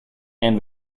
and